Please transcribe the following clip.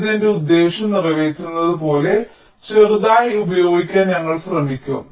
ഇത് എന്റെ ഉദ്ദേശ്യം നിറവേറ്റുന്നതുപോലെ ചെറുതായി ഉപയോഗിക്കാൻ ഞങ്ങൾ ശ്രമിക്കും